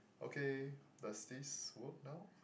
okay does this work now